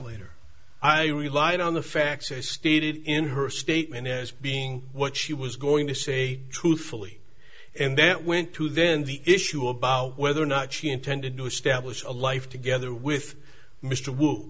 later i relied on the facts i stated in her statement as being what she was going to say truthfully and then it went to then the issue about whether or not she intended to establish a life together with mr w